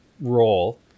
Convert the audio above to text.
role